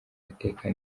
ateka